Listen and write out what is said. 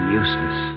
useless